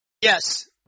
yes